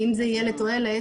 האם זה יהיה לתועלת,